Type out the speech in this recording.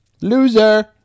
Loser